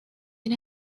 can